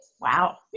Wow